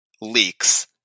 leaks